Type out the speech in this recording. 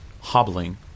hobbling